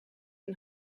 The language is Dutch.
een